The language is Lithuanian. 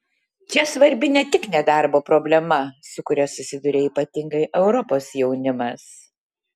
čia svarbi ne tik nedarbo problema su kuria susiduria ypatingai europos jaunimas